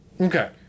okay